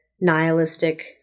nihilistic